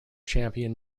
champion